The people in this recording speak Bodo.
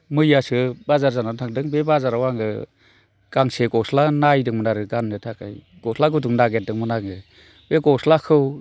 मैयासो बाजार जाना थांदों बे बाजाराव आङो गांसे गस्ला नायदोंमोन आरो गाननो थाखाय गस्ला गुदुं नागिरदोंमोन आङो बे गस्लाखौ